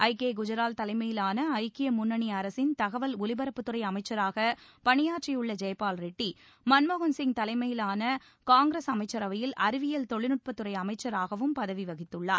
ஐ K Gujral தலைமையிலான ஐக்கிய முன்னணி அரசின் தகவல் ஒலிபரப்புத்துறை அமைச்சராக பனியாற்றியுள்ள ஜெய்பால் ரெட்டி மன்மோகன் சிங் தலைமையிலான காஙகிரஸ் அமைச்சரவையில் அறிவியல் தொழில்நுட்பத்துறை அமைச்சராகவும் பதவி வகித்துள்ளார்